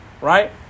Right